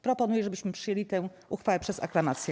Proponuję, żebyśmy przyjęli tę uchwałę przez aklamację.